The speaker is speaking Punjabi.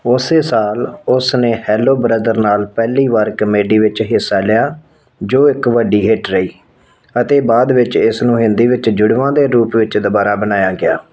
ਉਸੇ ਸਾਲ ਉਸ ਨੇ ਹੈਲੋ ਬ੍ਰਦਰ ਨਾਲ ਪਹਿਲੀ ਵਾਰ ਕਾਮੇਡੀ ਵਿੱਚ ਹਿੱਸਾ ਲਿਆ ਜੋ ਇੱਕ ਵੱਡੀ ਹਿੱਟ ਰਹੀ ਅਤੇ ਬਾਅਦ ਵਿੱਚ ਇਸ ਨੂੰ ਹਿੰਦੀ ਵਿੱਚ ਜੁੜਵਾ ਦੇ ਰੂਪ ਵਿੱਚ ਦੁਬਾਰਾ ਬਣਾਇਆ ਗਿਆ